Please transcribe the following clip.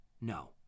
no